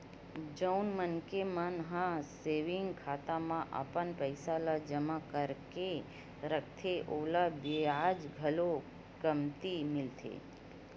जउन मनखे मन ह सेविंग खाता म अपन पइसा ल जमा करके रखथे ओला बियाज घलो कमती मिलथे